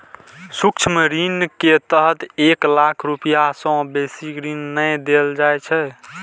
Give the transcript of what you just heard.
सूक्ष्म ऋण के तहत एक लाख रुपैया सं बेसी ऋण नै देल जाइ छै